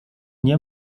nie